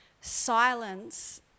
Silence